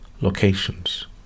locations